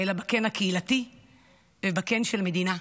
אלא בקן הקהילתי ובקן של המדינה.